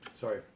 Sorry